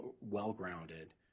well-grounded